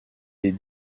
des